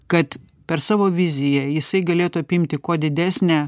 kad per savo viziją jisai galėtų apimti kuo didesnę